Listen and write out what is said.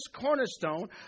cornerstone